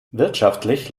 wirtschaftlich